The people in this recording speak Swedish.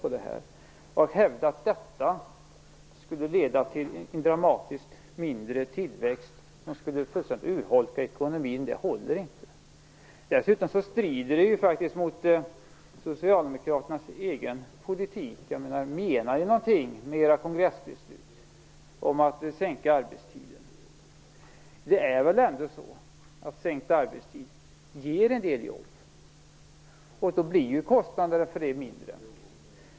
Påståendet att detta skulle leda till en dramatiskt mindre tillväxt som skulle fullständigt urholka ekonomin håller inte. Dessutom strider det faktiskt mot socialdemokraternas egen politik - om ni menar ni något med era kongressbeslut om sänkt arbetstid. Det är väl ändå så att sänkt arbetstid ger en del jobb. Då blir ju också kostnaderna mindre.